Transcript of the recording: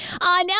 Now